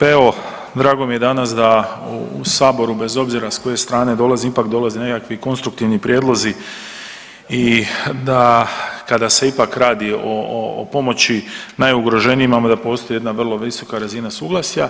Pa evo, drago mi je danas da u Saboru, bez obzira s koje strane dolazi, ipak dolaze nekakvi konstruktivni prijedlozi i da, kada se ipak radi o pomoći najugroženijima, da postoji jedna vrlo visoka razina suglasja